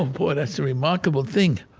oh, boy, that's a remarkable thing.